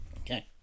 Okay